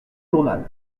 journal